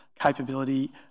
capability